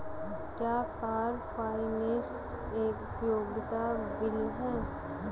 क्या car finance एक उपयोगिता बिल है?